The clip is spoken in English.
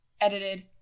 edited